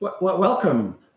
Welcome